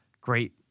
great